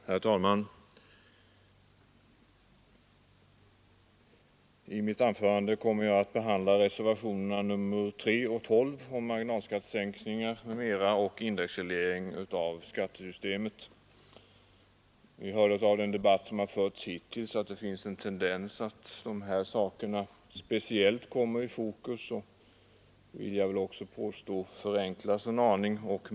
Herr talman! I mitt anförande kommer jag att behandla reservationerna 3 och 12 om marginalskattesänkningar m.m. och indexreglering av skattesystemet. Vi har hört av den debatt som förts hittills att det finns en tendens att de här sakerna speciellt kommer i fokus, och att de, vill jag påstå, förenklas en aning.